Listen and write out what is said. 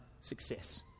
success